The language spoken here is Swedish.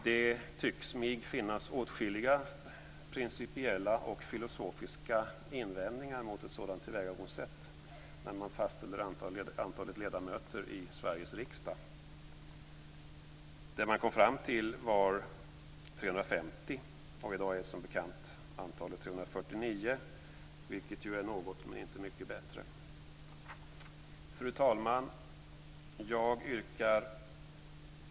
Det tycks mig finnas åtskilliga principiella och filosofiska invändningar mot ett sådant tillvägagångssätt när man fastställer antalet ledamöter i Sveriges riksdag. Antalet man kom fram till var 350. I dag är antalet som bekant 349, vilket ju är något, men inte mycket, bättre. Fru talman!